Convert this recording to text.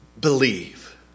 Believe